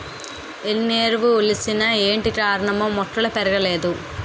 ఎన్నెరువులేసిన ఏటికారణమో మొక్కలు పెరగలేదు